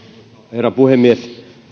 herra puhemies